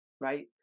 right